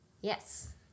Yes